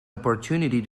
opportunity